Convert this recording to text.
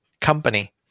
company